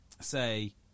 say